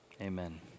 amen